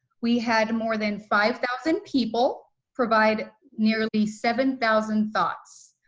we had more than five thousand people provide nearly seven thousand thoughts.